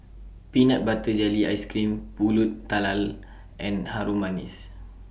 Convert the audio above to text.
Peanut Butter Jelly Ice Cream Pulut Tatal and Harum Manis